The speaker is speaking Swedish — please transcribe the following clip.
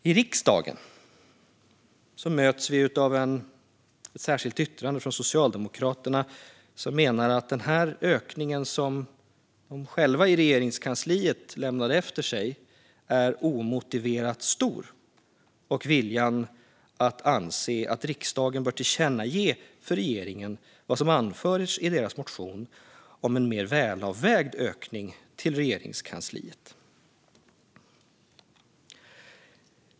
I riksdagen möts vi av ett särskilt yttrande från Socialdemokraterna som menar att den ökning som de lämnade efter sig i Regeringskansliet är omotiverat stor och som anser att riksdagen bör göra ett tillkännagivande till regeringen i enlighet med vad som anförs i deras motion om en mer välavvägd ökning till Regeringskansliet.